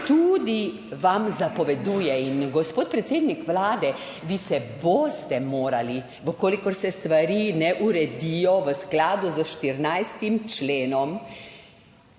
tudi vam zapoveduje. In, gospod predsednik Vlade, vi se boste morali, če se stvari ne uredijo v skladu s 14. členom,